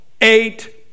eight